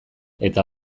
eta